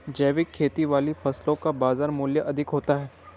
जैविक खेती वाली फसलों का बाजार मूल्य अधिक होता है